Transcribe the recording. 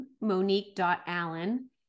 monique.allen